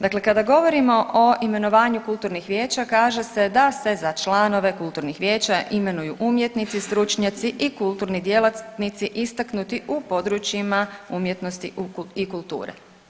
Dakle, kada govorimo o imenovanju kulturnih vijeća kaže se da se za članove kulturnih vijeća imenuju umjetnici, stručnjaci i kulturni djelatnici istaknuti u područjima umjetnosti i kulture.